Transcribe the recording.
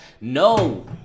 No